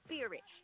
spirit